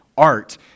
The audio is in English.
art